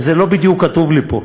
וזה לא בדיוק כתוב לי פה,